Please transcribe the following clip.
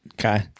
okay